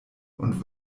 und